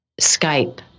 Skype